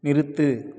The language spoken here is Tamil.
நிறுத்து